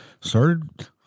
started